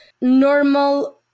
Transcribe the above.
normal